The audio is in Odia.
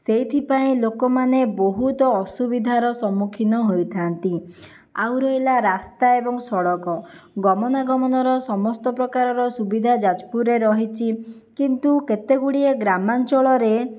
ସେହିଥିପାଇଁ ଲୋକମାନେ ବହୁତ ଅସୁବିଧାର ସମ୍ମୁଖୀନ ହୋଇଥାନ୍ତି ଆଉ ରହିଲା ରାସ୍ତା ଏବଂ ସଡ଼କ ଗମନାଗମନର ସମସ୍ତ ପ୍ରକାରର ସୁବିଧା ଯାଜପୁରରେ ରହିଛି କିନ୍ତୁ କେତେ ଗୁଡ଼ିଏ ଗ୍ରାମାଞ୍ଚଳରେ